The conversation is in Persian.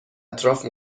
اطراف